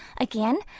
Again